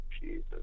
Jesus